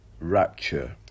Rapture